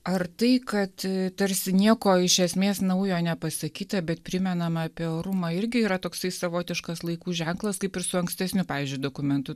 ar tai kad tarsi nieko iš esmės naujo nepasakyta bet primenama apie orumą irgi yra toksai savotiškas laikų ženklas kaip ir su ankstesniu pavyzdžiui dokumentu